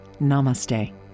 Namaste